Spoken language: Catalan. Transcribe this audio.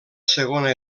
segona